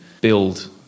build